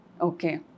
okay